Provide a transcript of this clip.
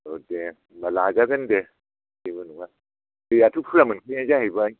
दे होनबा लाजागोन दे जेबो नङा दैयाथ' फुरा मोनखायो जाहैबाय